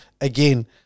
Again